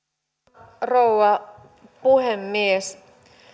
arvoisa rouva puhemies